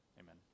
Amen